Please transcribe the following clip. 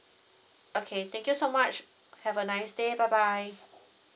okay thank you so much have a nice day bye bye